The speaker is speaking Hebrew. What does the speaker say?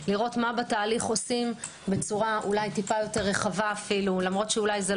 לראות מה בתהליך עושים בצורה טיפה יותר רחבה למרות שזו